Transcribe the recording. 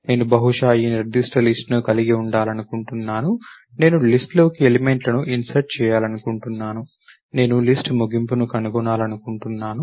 నేను బహుశా ఈ నిర్దిష్ట లిస్ట్ ను కలిగి ఉండాలనుకుంటున్నాను నేను లిస్ట్ లోకి ఎలిమెంట్లను ఇన్సర్ట్ చేయాలనుకుంటున్నాను నేను లిస్ట్ ముగింపును కనుగొనాలనుకుంటున్నాను